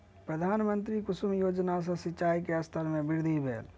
प्रधानमंत्री कुसुम योजना सॅ सिचाई के स्तर में वृद्धि भेल